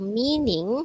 meaning